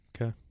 Okay